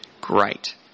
great